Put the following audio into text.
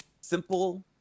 simple